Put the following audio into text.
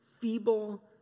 feeble